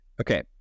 Okay